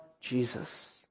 Jesus